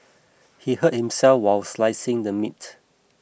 he hurt himself while slicing the meat